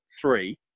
three